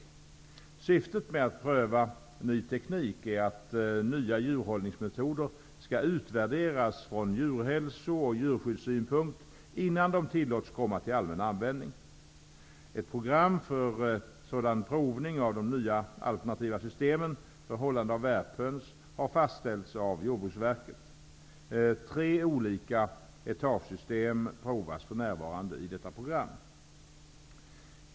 Syftet med att pröva ny teknik är att nya djurhållningsmetoder skall utvärderas från djurhälso och djurskyddssynpunkt innan de tillåts komma till allmän användning. Ett program för sådan provning av de nya alternativa systemen för hållande av värphöns har fastställts av Jordbruksverket. Tre olika etagesystem provas för närvarande i detta program.